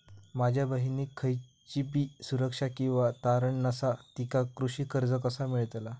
माझ्या बहिणीक खयचीबी सुरक्षा किंवा तारण नसा तिका कृषी कर्ज कसा मेळतल?